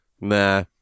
Nah